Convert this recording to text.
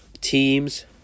teams